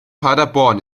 paderborn